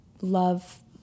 love